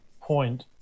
point